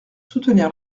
soutenir